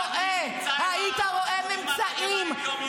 אני נמצא עם הלימודים האקדמיים יום-יום.